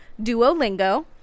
Duolingo